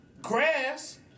grass